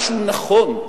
משהו נכון,